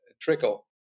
trickle